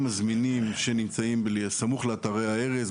הזמינים שנמצאים בסמוך לאתרי ההרס,